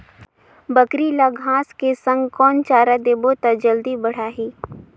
बकरी ल घांस के संग कौन चारा देबो त जल्दी बढाही?